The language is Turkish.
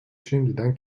şimdiden